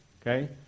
Okay